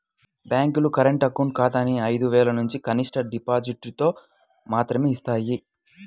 బ్యేంకులు current account ఖాతాని ఐదు వేలనుంచి కనిష్ట డిపాజిటుతో మాత్రమే యిస్తాయి